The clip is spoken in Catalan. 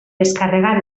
descarregar